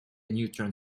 neutron